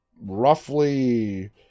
roughly